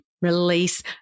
release